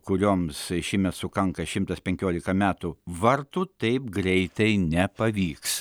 kurioms šįmet sukanka šimtas penkiolika metų vartų taip greitai nepavyks